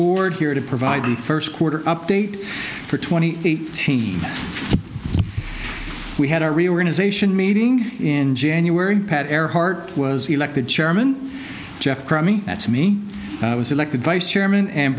board here to provide in first quarter update for twenty eight we had a reorganization meeting in january pat earhart was elected chairman jeff crummy that's me i was elected vice chairman and